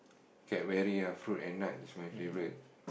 Cadbury ah fruit and nut is my favourite